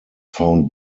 found